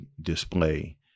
display